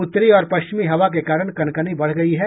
उत्तरी और पश्चिमी हवा के कारण कनकनी बढ़ गयी है